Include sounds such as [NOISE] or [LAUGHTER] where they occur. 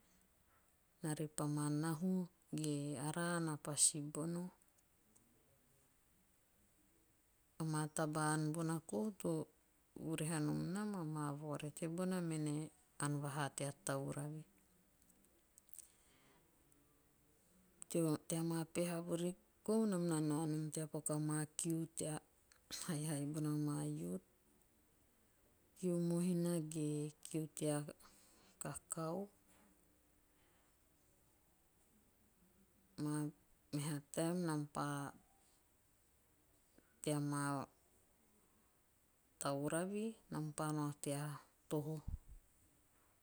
Naa re pa ma nahu. ge araa na pa sibona. Amaa taba ann bona kou to vurahe nom nam amaa vaorete bona mene ann vaha tea tauravi. Teo tea [HESITATION] maa peha vurikou nam na nao nom tea paku ama kiu tea haihai bona maa'youth'. kiu mohina ge. a kiu tea kakao. Maa meha'taem'nam pa, [HESITATION] tea maa tauravi nam pa nao tea toho.